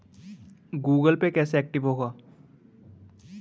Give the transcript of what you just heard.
Google Pay कैसे active होगा?